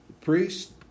priest